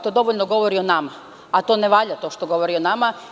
To dovoljno govori o nama, a to ne valja što govori o nama.